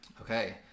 Okay